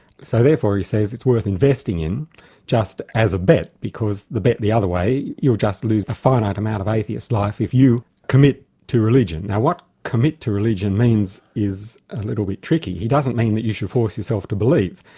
so therefore he says it's worth investing in just as a bet, because the bet the other way, you'll just lose a finite amount of athiest life if you commit to religion. now what commit to religion means is a little bit tricky. he doesn't mean that you should force yourself to believe,